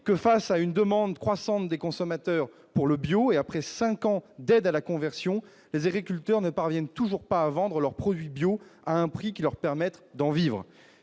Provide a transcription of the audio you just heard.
que, face à une demande croissante des consommateurs pour le bio et après 5 ans d'aide à la conversion, les agriculteurs ne parviennent toujours pas à vendre leurs produits bio à un prix qui leur permettent d'en vivre,